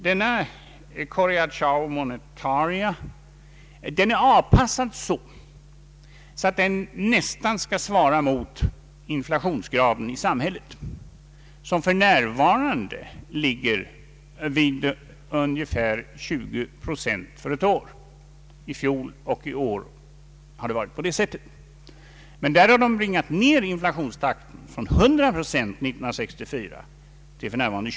Denna correacao monetaria är avpassad så att den nästan skall svara mot inflationsgraden i samhället, som för närvarande ligger vid ungefär 20 procent för ett år — i fjol och i år har det varit på detta sätt. Men i Brasilien har man bringat ned inflationstakten från 100 procent 1964 till 20 procent för närvarande.